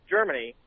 Germany